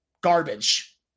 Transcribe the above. Garbage